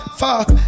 fuck